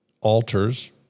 altars